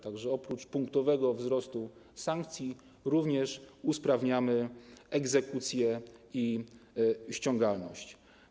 Tak że oprócz punktowego wzrostu sankcji również usprawniamy egzekucję i ściągalność.